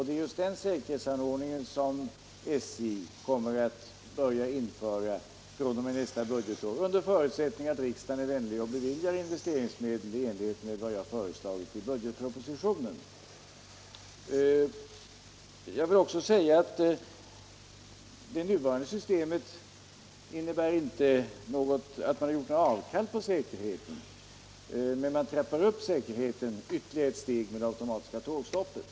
Det är just denna säkerhetsanordning som SJ kommer att börja införa fr.o.m. nästa budgetår under förut 25 sättning att riksdagen är vänlig och beviljar investeringsmedel i enlighet med vad jag föreslagit i budgetpropositionen. Jag vill också säga att det nuvarande systemet inte innebär att man gjort avkall på säkerheten, men man trappar upp säkerheten ytterligare ett steg med det automatiska tågstoppet.